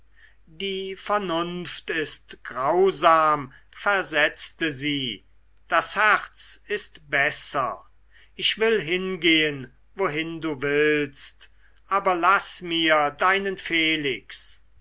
die vernunft ist grausam versetzte sie das herz ist besser ich will hingehen wohin du willst aber laß mir deinen felix